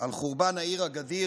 על חורבן העיר אגאדיר.